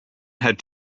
had